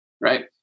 right